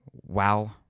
wow